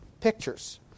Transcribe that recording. pictures